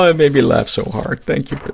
ah made me laugh so hard. thank you for that.